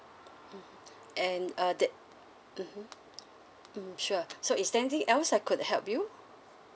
mmhmm and uh that mmhmm hmm sure so is there anything else I could help you